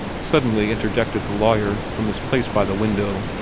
suddenly interjected the lawyer, from his place by the window.